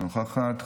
אינה נוכחת.